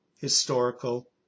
Historical